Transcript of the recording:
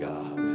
God